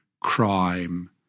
crime